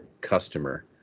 customer